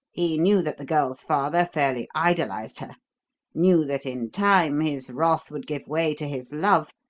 he knew that the girl's father fairly idolised her knew that, in time, his wrath would give way to his love,